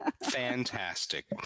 fantastic